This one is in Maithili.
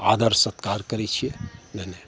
आदर सत्कार करै छिए नहि नहि